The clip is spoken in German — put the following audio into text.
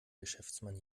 geschäftsmann